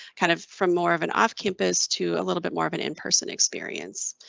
kind of from more of an off campus to a little bit more of an in person experience.